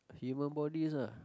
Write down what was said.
human bodies ah